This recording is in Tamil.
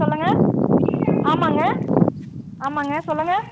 சொல்லுங்கள் ஆமாம்ங்க ஆமாம்ங்க சொல்லுங்கள்